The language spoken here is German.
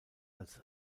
als